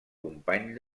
company